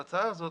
ההצעה הזאת,